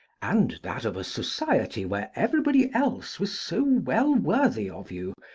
and that of a society where everybody else was so well worthy of you,